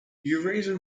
eurasian